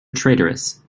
traitorous